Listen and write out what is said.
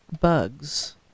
bugs